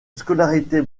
scolarité